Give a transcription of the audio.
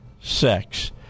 sex